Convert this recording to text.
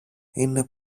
είναι